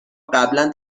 قبلا